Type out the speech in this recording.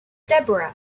deborah